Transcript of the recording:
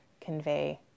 convey